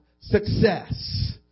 success